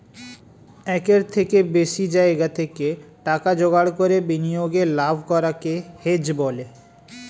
একের থেকে বেশি জায়গা থেকে টাকা জোগাড় করে বিনিয়োগে লাভ করাকে হেজ বলে